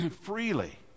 freely